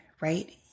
right